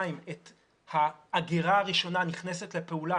בעוד שנתיים את האגירה הראשונה נכנסת לפעולה,